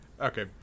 Okay